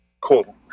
Cool